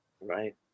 right